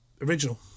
original